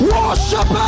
worship